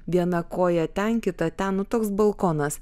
viena koja ten kita ten nu toks balkonas